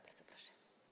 Bardzo proszę.